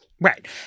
Right